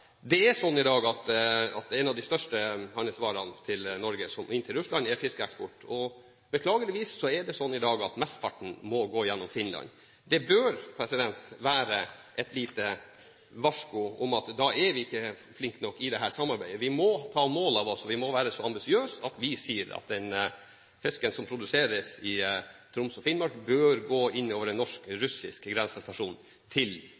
Det er sånn i dag at en av de største handelsvarene inn til Russland er fisk. Beklageligvis er det sånn i dag at mesteparten må gå gjennom Finland. Det bør være et lite varsku om at da er vi ikke flinke nok med dette samarbeidet. Vi må være så ambisiøse at vi sier at den fisken som produseres i Troms og Finnmark, bør gå inn over den norsk-russiske grensestasjonen til